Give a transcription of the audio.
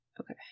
Okay